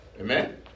Amen